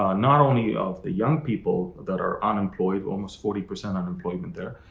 ah not only of the young people that are unemployed, almost forty percent unemployment there.